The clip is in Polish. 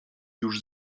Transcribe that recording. już